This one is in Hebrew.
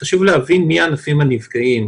חשוב להבין מי הענפים הנפגעים.